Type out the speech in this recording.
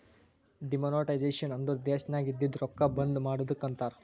demonetisation ಅಂದುರ್ ದೇಶನಾಗ್ ಇದ್ದಿದು ರೊಕ್ಕಾ ಬಂದ್ ಮಾಡದ್ದುಕ್ ಅಂತಾರ್